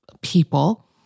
people